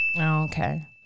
okay